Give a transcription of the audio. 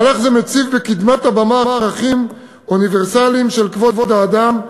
מהלך זה מציב בקדמת הבמה ערכים אוניברסליים של כבוד האדם,